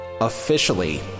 officially